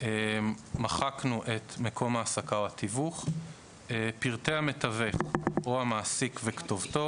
___________________ פרטי המתווך/המעסיק וכתובתו